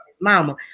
mama